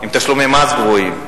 עם תשלומי מס גבוהים,